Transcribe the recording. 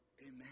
Amen